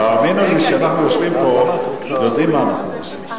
תאמינו לי שאנחנו יושבים פה ויודעים מה אנחנו עושים.